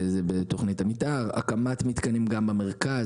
זה בתכנית המתאר; הקמת מתקנים גם במרכז